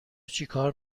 چیکار